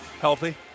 Healthy